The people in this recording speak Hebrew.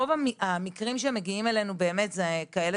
רוב המקרים שמגיעים אלינו באמת הם כאלה